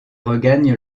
regagne